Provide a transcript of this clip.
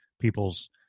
people's